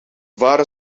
waren